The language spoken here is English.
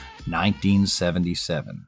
1977